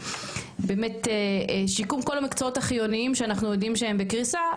באמת שיקום כל המקצועות החיוניים שאנחנו יודעים שהם בקריסה,